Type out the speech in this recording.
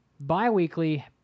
bi-weekly